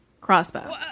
crossbow